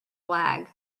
lag